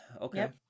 Okay